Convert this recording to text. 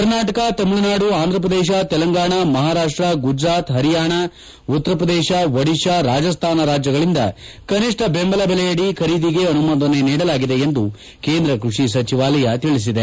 ಕರ್ನಾಟಕ ತಮಿಳುನಾಡು ಆಂಧಪ್ರದೇಶ ತೆಲಂಗಾಣ ಮಹಾರಾಷ್ಟ ಗುಜರಾತ್ ಪರಿಯಾಣ ಉತ್ತರ ಪ್ರದೇಶ ಒಡಿಶಾ ರಾಜಸ್ತಾನ ರಾಜ್ಗಳಿಂದ ಕನಿಷ್ಟ ಬೆಂಬಲ ಬೆಲೆಯಡಿ ಖರೀದಿಗೆ ಅನುಮೋದನೆ ನೀಡಲಾಗಿದೆ ಎಂದು ಕೇಂದ್ರ ಕ್ಸಷಿ ಸಚಿವಾಲಯ ತಿಳಿಸಿದೆ